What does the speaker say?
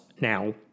now